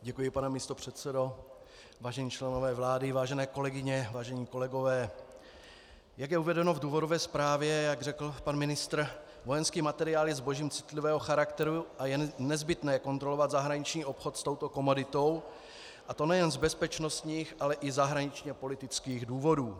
Vážený pane místopředsedo, vážení členové vlády, vážené kolegyně, vážení kolegové, jak je uvedeno v důvodové zprávě a jak řekl pan ministr, vojenský materiál je zbožím citlivého charakteru a je nezbytné kontrolovat zahraniční obchod s touto komoditou, a to nejen z bezpečnostních, ale i zahraničněpolitických důvodů.